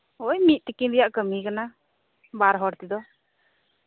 ᱳᱭ ᱢᱤᱫ ᱛᱤᱠᱤᱱ ᱨᱮᱱᱟᱜ ᱠᱟᱹᱢᱤ ᱠᱟᱱᱟ ᱵᱟᱨ ᱦᱚᱲ ᱛᱮᱫᱚ